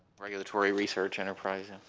regulatory research enterprising.